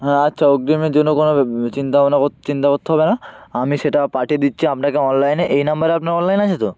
হ্যাঁ আচ্ছা অগ্রিমের জন্য কোনও চিন্তাভাবনা চিন্তা করতে হবে না আমি সেটা পাঠিয়ে দিচ্ছি আপনাকে অনলাইনে এই নাম্বারে আপনার অনলাইন আছে তো